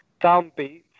downbeat